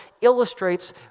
illustrates